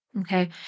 Okay